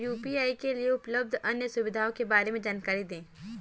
UPI के लिए उपलब्ध अन्य सुविधाओं के बारे में जानकारी दें?